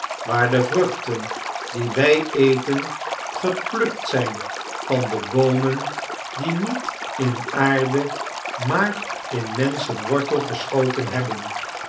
waar de vruchten die wij eten geplukt zijn van de boomen die niet in aarde maar in menschen wartel geschoten hebben